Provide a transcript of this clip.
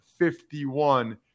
51